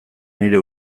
nire